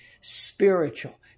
spiritual